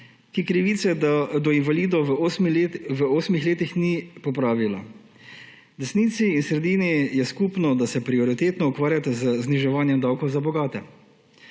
ki krivice do invalidov v osmih letih ni popravila. Desnici in sredini je skupno, da se prioritetno ukvarjata z zniževanjem davkov za bogate